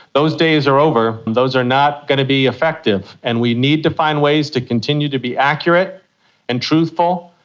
those days are over. those are not going to be effective. and we need to find ways to continue to be accurate and truthful,